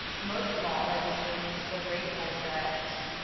most of all, i just am so grateful that